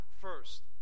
first